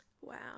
Wow